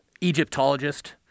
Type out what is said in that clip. Egyptologist